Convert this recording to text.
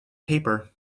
paper